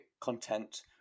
content